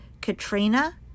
Katrina